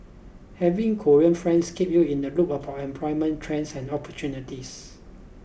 having Korean friends keep you in the loop about employment trends and opportunities